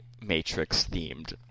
Matrix-themed